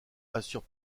assure